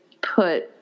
put